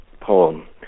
poem